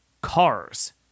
cars